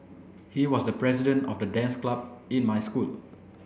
he was the president of the dance club in my school